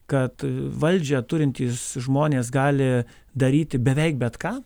kad valdžią turintys žmonės gali daryti beveik bet ką